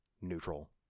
neutral